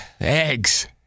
eggs